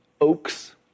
Oaks